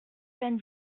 vingt